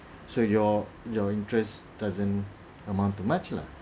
so your your interest doesn't amount too much lah